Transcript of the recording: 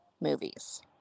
movies